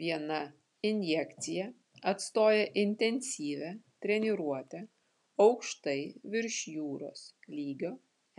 viena injekcija atstoja intensyvią treniruotę aukštai virš jūros lygio